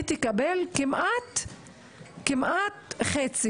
תקבל כמעט חצי,